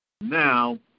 now